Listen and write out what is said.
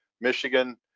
michigan